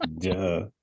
duh